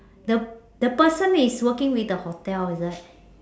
the the person is working with the hotel is it